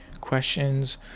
questions